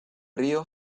río